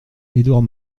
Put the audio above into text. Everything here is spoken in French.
edouard